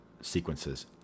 sequences